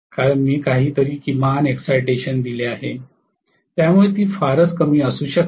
कारण मी काही तरी किमान एक्साईटेशन दिले आहे त्यामुळे ती फारच कमी असू शकेल